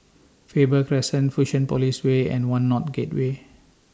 Faber Crescent Fusionopolis Way and one North Gateway